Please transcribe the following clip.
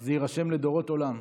זה יירשם לדורות עולם.